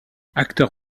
acteur